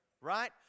Right